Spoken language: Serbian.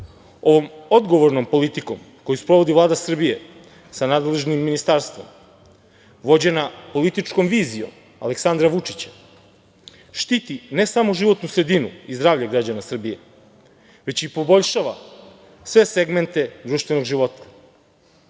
odgovornom politikom koju sprovodi Vlada Srbije sa nadležnim ministarstvom, vođena političkom vizijom Aleksandra Vučića, štiti ne samo životnu sredinu i zdravlje građana Srbije, već i poboljšava sve segmente društvenog